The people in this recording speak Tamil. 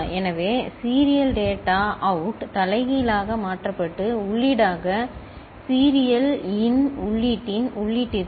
எனவே சீரியல் டேட்டா அவுட் தலைகீழாக மாற்றப்பட்டு உள்ளீடாக சீரியல் இன் உள்ளீட்டின் உள்ளீட்டிற்கு